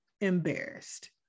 embarrassed